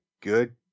good